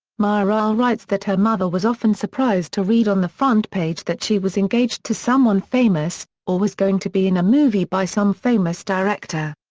mireille writes that her mother was often surprised to read on the front page that she was engaged to someone famous, or was going to be in a movie by some famous director.